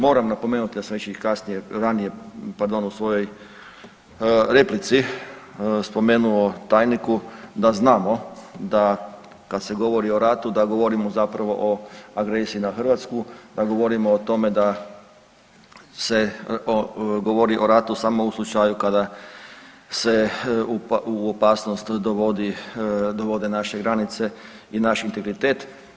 Moram napomenuti da sam već i kasnije, ranije pardon u svojoj replici spomenuo tajniku da znamo, da kad se govori o ratu da govorimo zapravo o agresiji na Hrvatsku, da govorimo o tome da se govori o ratu samo u slučaju kada se u opasnost dovode naše granice i naš integritet.